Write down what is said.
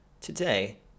Today